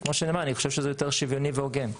אני חושב שזה יותר שוויוני והוגן.